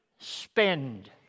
Spend